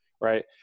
Right